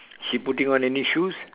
she putting on any shoes